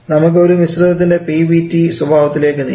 നമുക്ക് ഒരു മിശ്രിതത്തിൻറെ P v T സ്വഭാവത്തിലേക്ക് നീങ്ങാം